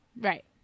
right